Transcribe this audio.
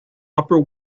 upper